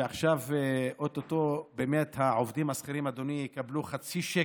שאו-טו-טו העובדים השכירים יקבלו חצי שקל,